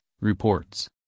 Reports